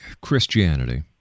Christianity